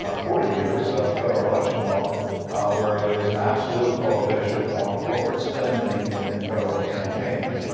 ah forty years of federal election law where there was an absolute prohibition on corporate spending in federal campaigns.